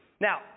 Now